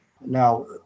Now